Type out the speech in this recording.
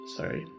Sorry